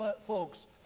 folks